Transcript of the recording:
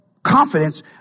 confidence